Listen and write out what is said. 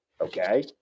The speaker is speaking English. okay